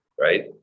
right